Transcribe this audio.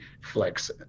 flex